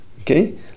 Okay